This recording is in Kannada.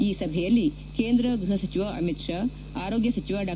ಈ ಸಭೆಯಲ್ಲಿ ಕೇಂದ್ರ ಗ್ವಹ ಸಚಿವ ಅಮಿತ್ ಶಾ ಆರೋಗ್ಯ ಸಚಿವ ಡಾ